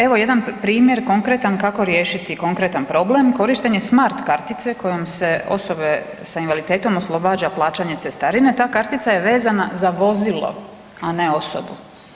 Evo jedan primjer konkretan kako riješit konkretan problem, korištenje smart kartice kojom se osobe s invaliditetom oslobađa plaćanja cestarine, ta kartica je vezana za vozilo, a ne osobu.